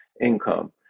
income